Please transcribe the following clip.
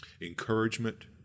encouragement